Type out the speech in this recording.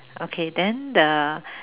okay then the